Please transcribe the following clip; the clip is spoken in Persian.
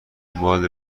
دنبال